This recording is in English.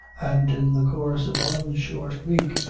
and in the course of one short week,